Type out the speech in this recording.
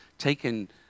taken